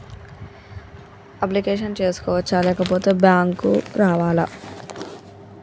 Application చేసుకోవచ్చా లేకపోతే bank రావాలా?